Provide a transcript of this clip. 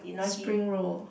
spring roll